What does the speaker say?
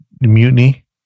mutiny